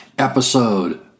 episode